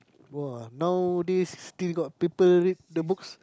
!wah! nowadays still got people read the books